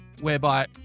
whereby